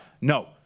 No